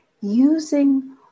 Using